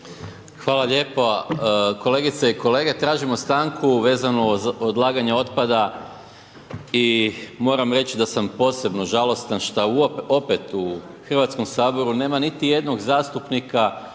Hvala lijepa. Kolegice i kolege, tražimo stanku vezano uz odlaganje otpada i moram reći da sam posebno žalostan što opet u HS nema niti jednog zastupnika